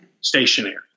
stationary